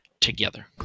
together